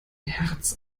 hertz